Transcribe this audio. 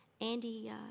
Andy